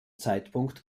zeitpunkt